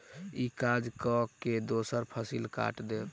ई काज कय के दोसर फसिल कैट देब